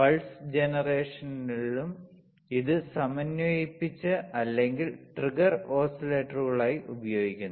pulse ജനറേഷനിലും ഇത് സമന്വയിപ്പിച്ച അല്ലെങ്കിൽ ട്രിഗർ ഓസിലേറ്ററുകളായി ഉപയോഗിക്കുന്നു